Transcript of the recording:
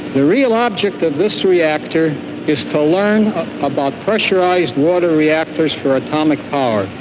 the real object of this reactor is tolearn about pressurized water reactors for atomic power.